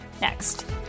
next